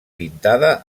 pintada